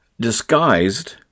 Disguised